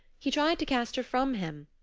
he tried to cast her from him.